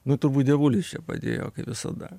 nu turbūt dievulis čia padėjo visada